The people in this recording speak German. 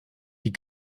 die